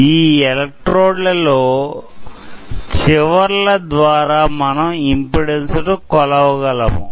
ఈ ఎలెక్ట్రోడ్ల లో చివర్ల ద్వారా మనం ఇంపిడెన్సు ను కొలవగలము